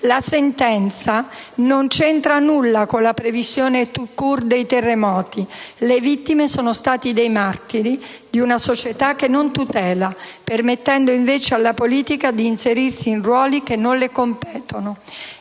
La sentenza non c'entra nulla con la previsione *tout court* dei terremoti. Le vittime sono state dei martiri di una società che non tutela, permettendo invece alla politica di inserirsi in ruoli che non le competono